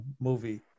movie